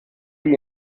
wie